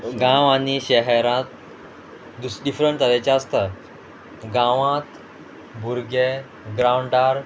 गांव आनी शेहरांत दुसरी डिफरंट तरेचे आसता गांवांत भुरगे ग्रावंडार